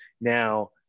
now